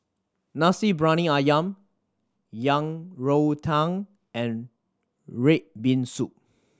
Nasi Briyani Ayam Yang Rou Tang and red bean soup